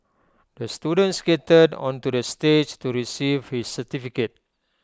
the student skated onto the stage to receive his certificate